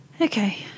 Okay